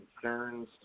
concerns